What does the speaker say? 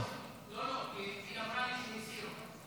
מירב אמרה לי שהם הסירו את ההסתייגויות.